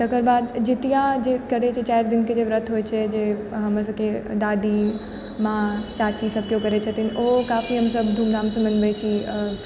एकर बाद जितिया जे करै छै चारि दिनके जे व्रत होइ छै जे हमर सबके दादी माँ चाची सब केओ करै छथिन ओहो काफी हमसब धुमधामसँ मनबै छी